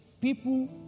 people